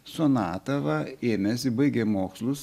sonata va ėmėsi baigė mokslus